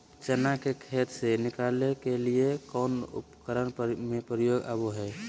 चना के खेत से निकाले के लिए कौन उपकरण के प्रयोग में आबो है?